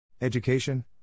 Education